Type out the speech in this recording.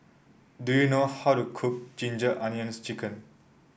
do you know how to cook Ginger Onions chicken